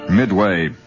Midway